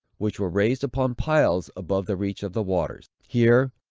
which were raised upon piles, above the reach of the waters. here,